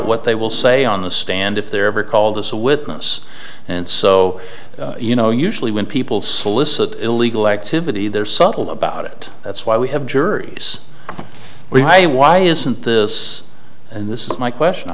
what they will say on the stand if they're ever called as a witness and so you know usually when people solicit illegal activity they're subtle about it that's why we have juries we have a why isn't this and this is my question i